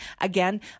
Again